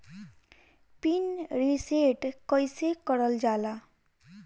Pin reset कईसे करल जाला?